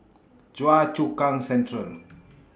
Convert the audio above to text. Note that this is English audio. Choa Chu Kang Central